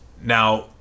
now